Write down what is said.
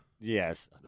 Yes